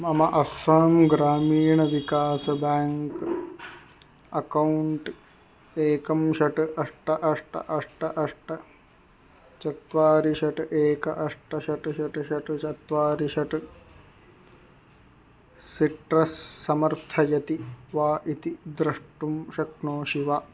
मम अस्सां ग्रामीण विकास ब्याङ्क् अकौण्ट् एकं षट् अष्ट अष्ट अष्ट अष्ट चत्वारि षट् एक अष्ट षट् षट् षट् चत्वारि षट् सिट्रस् समर्थयति वा इति द्रष्टुं शक्नोषि वा